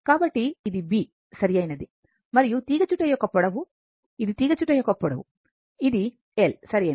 కాబట్టి ఇది B సరియైనది మరియు తీగచుట్ట యొక్క పొడవు ఇది తీగచుట్ట యొక్క పొడవు ఇది l సరియైనది